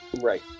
Right